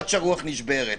עד שהרוח נשברת.